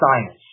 science